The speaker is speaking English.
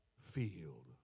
field